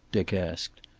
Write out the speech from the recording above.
dick asked.